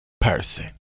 person